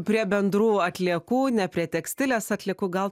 prie bendrų atliekų ne prie tekstilės atliekų gal